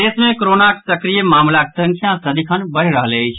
प्रदेश मे कोरोनाक सक्रिय मामिलाक संख्या सदिखन बढ़ि रहल अछि